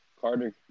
Carter